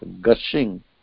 gushing